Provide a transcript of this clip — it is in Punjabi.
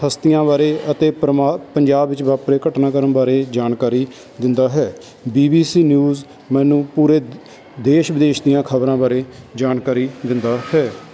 ਹਸਤੀਆਂ ਬਾਰੇ ਅਤੇ ਪਰਮਾ ਪੰਜਾਬ ਵਿੱਚ ਵਾਪਰੇ ਘਟਨਾਕ੍ਰਮ ਬਾਰੇ ਜਾਣਕਾਰੀ ਦਿੰਦਾ ਹੈ ਬੀ ਬੀ ਸੀ ਨਿਊਜ਼ ਮੈਨੂੰ ਪੂਰੇ ਦੇਸ਼ ਵਿਦੇਸ਼ ਦੀਆਂ ਖਬਰਾਂ ਬਾਰੇ ਜਾਣਕਾਰੀ ਦਿੰਦਾ ਹੈ